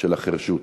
של החירשות.